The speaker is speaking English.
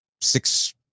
six